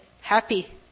happy